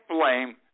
blame